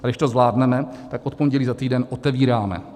A když to zvládneme, tak od pondělí za týden otevíráme.